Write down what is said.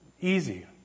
Easy